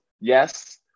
yes